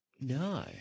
No